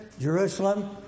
Jerusalem